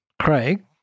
Craig